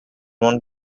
one